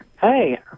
Hey